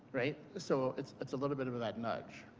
so it's it's a little bit of that nudge.